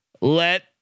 let